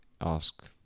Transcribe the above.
ask